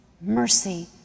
mercy